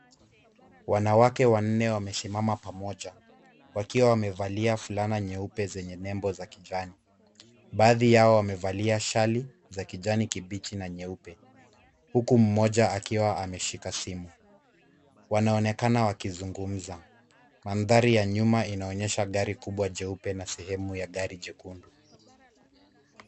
Wanawake wanne wamesimama pamoja wakiwa wamevalia fulana nyeupe zenye nembo za kijani. Baadhi yao wamevalia sare za kijani kibichi na nyeupe, huku mmoja akiwa ameshika simu. Wanaonekana wakizungumza. Mandhari ya nyuma inaonyesha gari kubwa jeupe na sehemu ya gari jekundu.